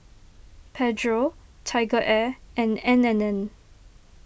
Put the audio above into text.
Pedro TigerAir and N and N